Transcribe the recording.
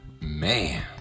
man